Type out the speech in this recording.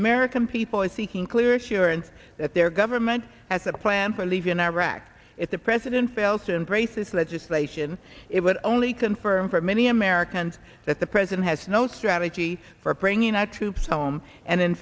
american people are seeking clear assurance that their government has a plan for leaving iraq if the president fails to embrace this legislation it would only confirm for many americans that the president has no strategy for bringing our troops home and in